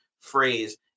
phrase